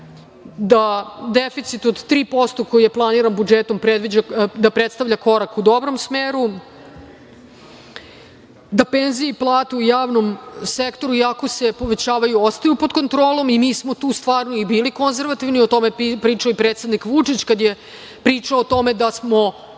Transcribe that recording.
da deficit od 3%, koji je planiran budžetom, predstavlja korak u dobrom smeru, da penzije i plate u javnom sektoru, iako se povećavaju, ostaju pod kontrolom i mi smo tu stvarno bili konzervativni. O tome je pričao i predsednik Vučić kada je pričao o tome da smo